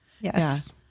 Yes